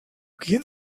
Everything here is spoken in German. gehn